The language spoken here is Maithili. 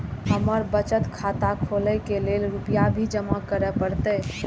हमर बचत खाता खोले के लेल रूपया भी जमा करे परते?